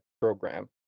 program